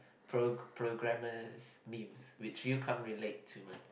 prog~ programmers memes which you can't relate to man